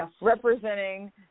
representing